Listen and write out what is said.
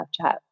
Snapchat